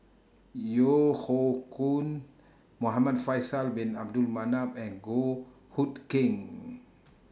Yeo Hoe Koon Muhamad Faisal Bin Abdul Manap and Goh Hood Keng